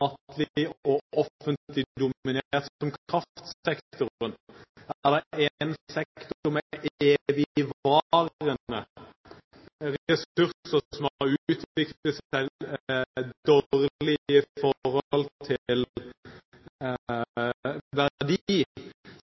og offentlig dominert som kraftsektoren. Er det én sektor med evigvarende ressurser som har utviklet seg dårlig i forhold til